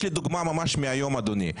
יש לי דוגמה ממש מהיום, אדוני.